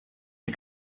que